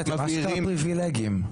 פריבילגים.